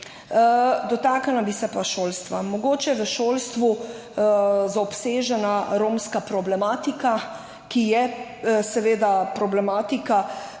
Dotaknila bi se pa šolstva. Mogoče v šolstvu zaobsežena romska problematika, ki je seveda problematika